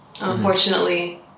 Unfortunately